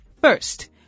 first